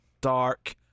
dark